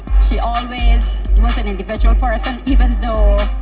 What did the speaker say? she always was an individual person even though,